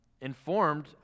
informed